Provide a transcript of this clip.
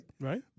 Right